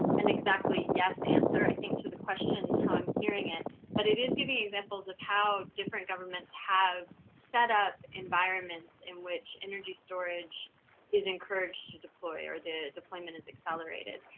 an exactly yes answer. i think to the question how i'm hearing it but it is giving an examples of how different government have set up environments in which energy storage is encourage to deploy or their deployment is accelerated.